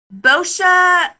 Bosha